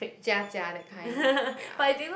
Jia-Jia that kind ya